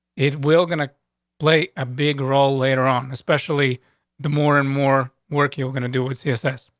it will gonna play a big role later on, especially the more and more work you're going to do with css